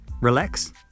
relax